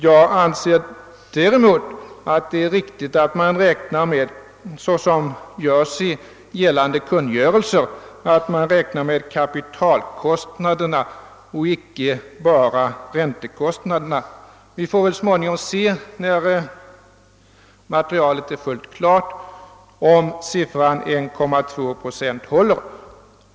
Jag anser det däremot riktigt ati man, såsom görs i gällande kungörelse, räknar med kapitalkostnaderna och icke bara räntekostnaderna. När materialet så småningom är fullt klart får vi väl se, om siffran 1,2 procent håller.